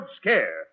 scare